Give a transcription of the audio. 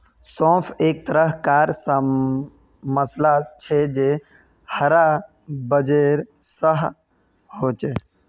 सौंफ एक तरह कार मसाला छे जे हरा बीजेर सा होचे